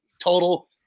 total